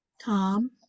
Tom